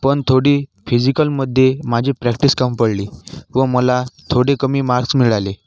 पण थोडी फिजीकलमध्ये माझी प्रॅक्टिस कम पडली व मला थोडे कमी मार्क्स मिळाले